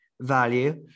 value